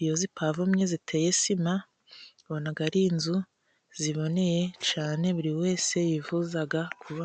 Iyo zipavomye ziteye sima, ubona ari inzu ziboneye cyane buri wese yifuza kuba.